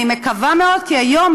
אני מקווה מאוד, כי היום